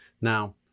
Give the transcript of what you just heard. Now